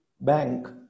bank